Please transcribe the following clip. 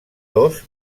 dos